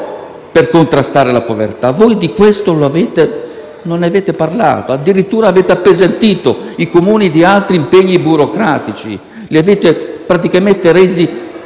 per contrastare la povertà. Voi di questo non avete parlato, addirittura avete appesantito i Comuni di altri impegni burocratici, li avete praticamente resi